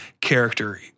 character